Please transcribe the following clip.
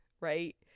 right